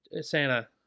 Santa